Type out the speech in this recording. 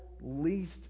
least